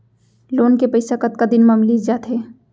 Loan के पइसा कतका दिन मा मिलिस जाथे?